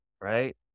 Right